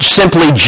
simply